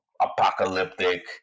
apocalyptic